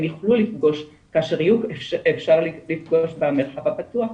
יוכלו לפגוש כאשר יהיה אפשר לפגוש במרחב הפתוח,